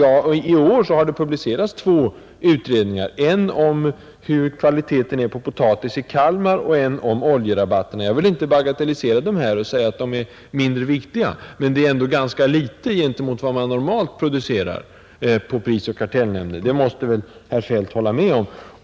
Ja, i år har det publicerats två utredningar: en om hur kvaliteten är på potatis i Kalmar och en om oljerabatterna. Jag vill inte bagatellisera dessa utredningar och säga att de är mindre viktiga, men det är ganska litet gentemot vad man normalt producerar på prisoch kartellnämnden — det måste väl herr Feldt hålla med om.